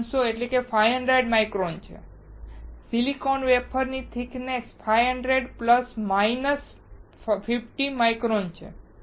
આ 500 માઇક્રોન છે silicon wafer ની થીક્નેસ 500 પ્લસ માઈનસ 50 માઇક્રોન છે